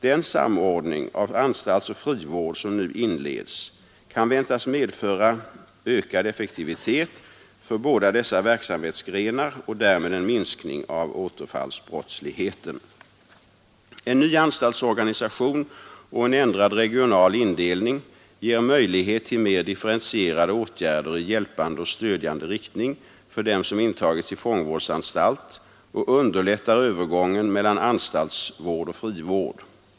Den samordning av anstaltsoch frivård som nu inleds kan väntas medföra ökad effektivitet för båda dessa verksamhetsgrenar och därmed en minskning av återfallsbrottsligheten. En ny anstaltsorganisation och en ändrad regional indelning ger möjlighet till mer differentierade åtgärder i hjälpande och stödjande riktning för dem som intagits i fångvårdsanstalt och underlättar övergången mellan anstaltsvård och frivård.